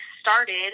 started